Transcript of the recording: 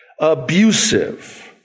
Abusive